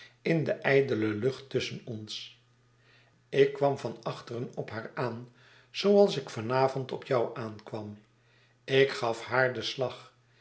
in de ijdele lucht tusschen ons ik kwam van achteren op haar aan zooals ikvan avond op jou aankwam ik gaf haar den slag